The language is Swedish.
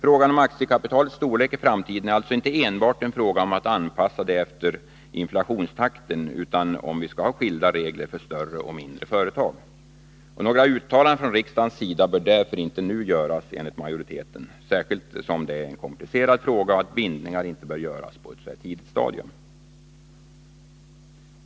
Frågan om aktiekapitalets storlek i framtiden är alltså inte enbart en fråga om att anpassa det efter inflationstakten utan också om vi skall ha skilda regler för större och mindre företag. Några uttalanden från riksdagens sida bör därför enligt majoriteten inte göras nu, särskilt som det är en komplicerad fråga och bindningar inte bör göras på ett så här tidigt stadium.